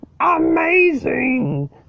amazing